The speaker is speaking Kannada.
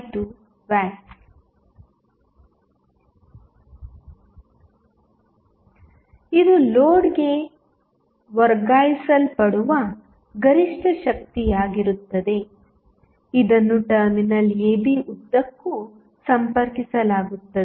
52W ಇದು ಲೋಡ್ಗೆ ವರ್ಗಾಯಿಸಲ್ಪಡುವ ಗರಿಷ್ಠ ಶಕ್ತಿಯಾಗಿರುತ್ತದೆ ಇದನ್ನು ಟರ್ಮಿನಲ್ ab ಉದ್ದಕ್ಕೂ ಸಂಪರ್ಕಿಸಲಾಗುತ್ತದೆ